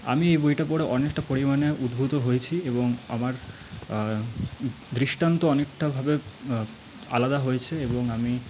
আমি এই বইটা পড়ে অনেকটা পরিমাণে উদ্বুদ্ধ হয়েছি এবং আমার দৃষ্টান্ত অনেকটাভাবে আলাদা হয়েছে এবং আমি